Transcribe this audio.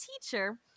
teacher